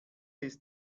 ist